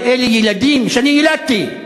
אבל אלה ילדים שאני יילדתי.